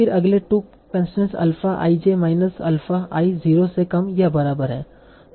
फिर अगले 2 constraints alpha i j minus alpha i 0 से कम या बराबर है